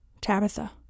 Tabitha